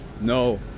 No